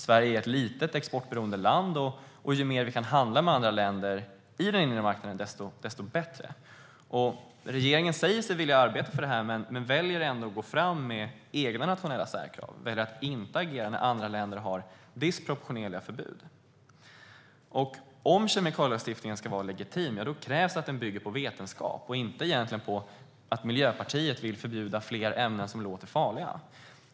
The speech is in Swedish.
Sverige är ett litet och exportberoende land. Ju mer vi kan handla med andra länder på den inre marknaden, desto bättre är det. Regeringen säger sig vilja arbeta för det men väljer ändå att gå fram med egna nationella särkrav. Man väljer att inte agera när andra länder har disproportionerliga förbud. Om kemikalielagstiftningen ska vara legitim krävs det att den bygger på vetenskap och inte på att Miljöpartiet vill förbjuda fler ämnen som låter farliga.